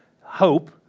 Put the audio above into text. hope